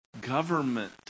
government